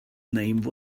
name